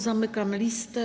Zamykam listę.